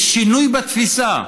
יש שינוי בתפיסה.